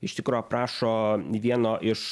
iš tikro aprašo vieno iš